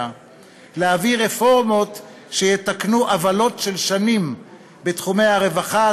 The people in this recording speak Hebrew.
ולהביא רפורמות שיתקנו עוולות של שנים בתחומי הרווחה,